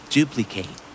Duplicate